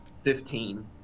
fifteen